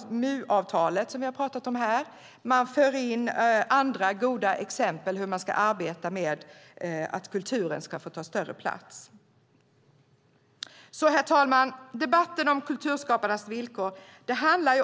Vi har här talat om MU-avtalet. Man för också in andra goda exempel på hur man ska arbeta så att kulturen ska få ta större plats. Herr talman! Debatten om kulturskaparnas villkor handlar